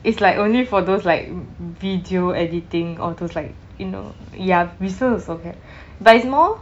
it's like only for those like video editing or those like you know ya business also can but is more